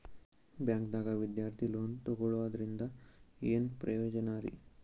ಬ್ಯಾಂಕ್ದಾಗ ವಿದ್ಯಾರ್ಥಿ ಲೋನ್ ತೊಗೊಳದ್ರಿಂದ ಏನ್ ಪ್ರಯೋಜನ ರಿ?